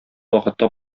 вакытта